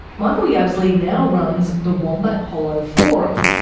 michael yabsley now runs the wombat hollow forum,